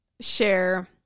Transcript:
share